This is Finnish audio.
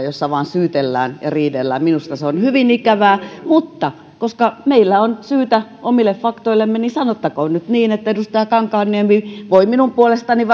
jossa vain syytellään ja riidellään minusta se on hyvin ikävää mutta koska meillä on syytä omille faktoillemme niin sanottakoon nyt niin että edustaja kankaanniemi voi minun puolestani